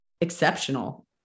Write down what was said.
exceptional